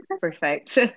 perfect